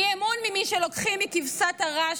אי-אמון במי שלוקחים מכבשת הרש,